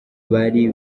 bari